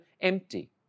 empty